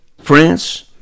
France